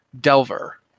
Delver